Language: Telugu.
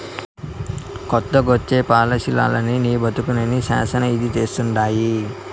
కొత్తగొచ్చే పాలసీలనీ నీ బతుకుని శానా ఈజీ చేస్తండాయి